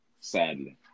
sadly